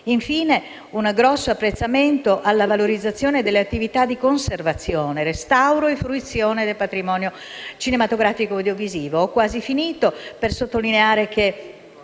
esprimere un grande apprezzamento per la valorizzazione delle attività di conservazione, restauro e fruizione del patrimonio cinematografico e audiovisivo.